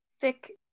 thick